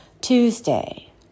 Tuesday